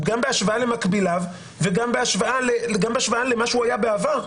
גם בהשוואה למקביליו וגם בהשוואה למה שהוא היה בעבר.